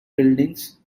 buildings